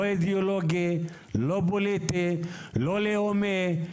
לא אידיאולוגי, לא פוליטי, לא לאומי.